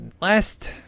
last